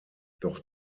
doch